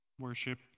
Worship